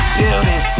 building